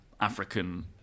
African